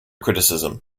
criticism